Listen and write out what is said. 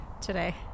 today